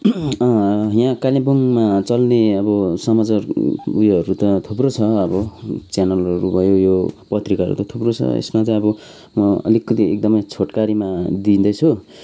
यहाँ कालिम्पुङमा चल्ने अब समाचार उयोहरू त थुप्रो छ अब च्यानलहरू भयो यो पत्रिकाहरू त थुप्रो छ यसमा चाहिँ अब म अलिकति एकदमै छोटकारीमा दिँदैछु